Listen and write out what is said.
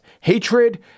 Hatred